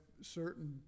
certain